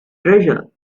treasure